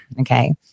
Okay